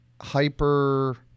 hyper